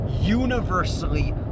universally